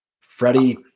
Freddie